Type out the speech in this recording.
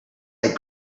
like